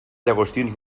llagostins